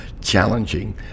challenging